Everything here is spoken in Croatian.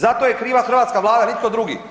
Zato je kriva hrvatska Vlada, nitko drugi.